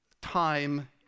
time